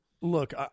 look